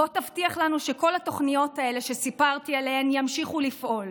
בוא תבטיח לנו שכל התוכניות האלה שסיפרתי עליהן ימשיכו לפעול.